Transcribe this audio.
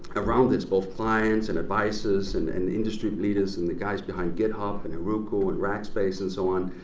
around this, both clients and advisors and and industry leaders and the guys behind github and heroku and rackspace and so on,